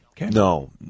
No